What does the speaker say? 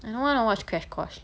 I don't wanna watch crash course